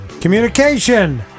Communication